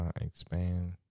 Expand